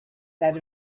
that